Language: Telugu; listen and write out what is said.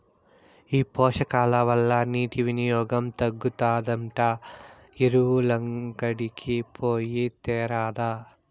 ఈ పోషకాల వల్ల నీటి వినియోగం తగ్గుతాదంట ఎరువులంగడికి పోయి తేరాదా